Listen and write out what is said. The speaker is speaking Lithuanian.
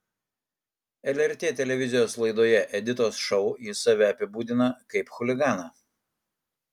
lrt televizijos laidoje editos šou jis save apibūdina kaip chuliganą